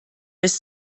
bis